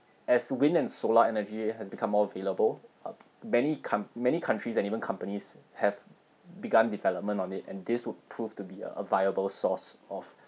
as wind and solar energy has become more available uh many con~ many countries and even companies have begun development on it and this would prove to be a a viable source of